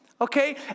Okay